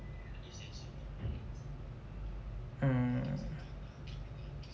um